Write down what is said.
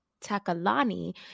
Takalani